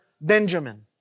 Benjamin